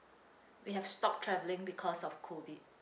we have stopped travelling because of COVID